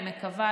אני מקווה,